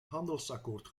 handelsakkoord